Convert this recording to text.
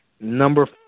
Number